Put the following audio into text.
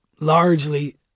Largely